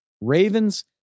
Ravens